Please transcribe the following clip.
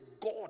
God